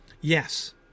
Yes